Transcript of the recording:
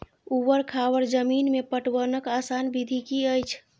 ऊवर खावर जमीन में पटवनक आसान विधि की अछि?